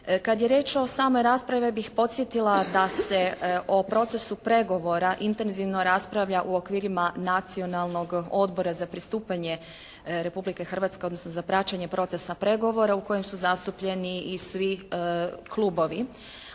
Kad je riječ o samoj raspravi ja bih podsjetila da se o procesu pregovora intenzivno raspravlja u okvirima Nacionalnog odbora za pristupanje Republike Hrvatske odnosno za praćenje procesa pregovora u kojem su zastupljeni i svi klubovi.